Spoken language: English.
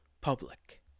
public